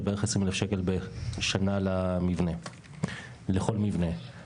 של בערך 20 אלף שקל בשנה לכל מבנה.